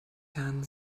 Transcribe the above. herrn